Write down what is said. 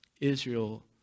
Israel